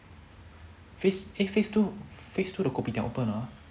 phase two eh phase two the kopitiam open or not ah